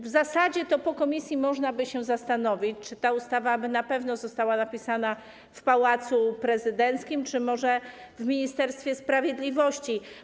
W zasadzie to po posiedzeniu można było się zastanowić, czy ta ustawa aby na pewno została napisana w Pałacu Prezydenckim, a nie w Ministerstwie Sprawiedliwości.